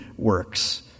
works